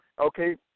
Okay